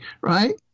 right